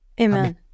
Amen